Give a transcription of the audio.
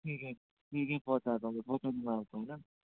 ठीक है ठीक है पहुँच जाता हूँ मैं आता हूँ न